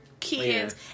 kids